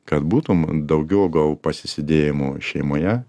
kad būtum daugiau gal pasisėdėjimų šeimoje